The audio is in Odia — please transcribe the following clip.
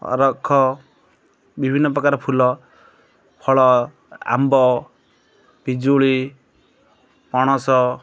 ଅରଖ ବିଭିନ୍ନ ପ୍ରକାର ଫୁଲ ଫଳ ଆମ୍ବ ପିଜୁଳି ପଣସ